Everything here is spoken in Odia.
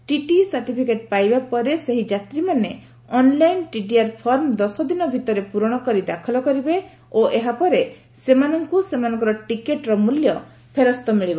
ଟିଟିଇ ସାର୍ଟିଫିକେଟ୍ ପାଇବା ପରେ ସେହି ଯାତ୍ରୀମାାନେ ଅନ୍ଲାଇନ୍ ଟିଡିଆର୍ ଫର୍ମ ଦଶଦିନ ଭିତରେ ପୂରଣ କରି ଦାଖଲ କରିବେ ଓ ଏହାର ପରେ ସେମାନଙ୍କୁ ସେମାନଙ୍କର ଟିକେଟ୍ର ମୂଲ୍ୟ ଫେରସ୍ତ ମିଳିବ